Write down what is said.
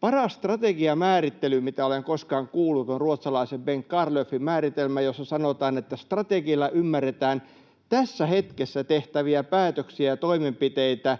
Paras strategian määrittely, minkä olen koskaan kuullut, on ruotsalaisen Bengt Karlöfin määritelmä, jossa sanotaan, että strategialla ymmärretään tässä hetkessä tehtäviä päätöksiä ja toimenpiteitä